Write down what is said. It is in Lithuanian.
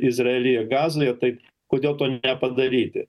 izraelyje gazoje tai kodėl to nepadaryti